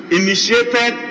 initiated